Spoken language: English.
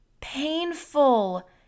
painful